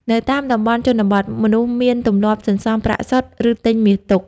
នៅតាមតំបន់ជនបទ មនុស្សមានទម្លាប់សន្សំប្រាក់សុទ្ធ ឬទិញមាសទុក។